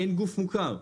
אין גוף מוכר.